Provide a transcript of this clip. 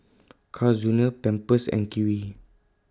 Carl's Junior Pampers and Kiwi